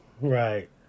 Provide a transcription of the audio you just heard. Right